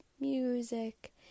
music